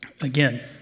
again